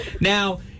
Now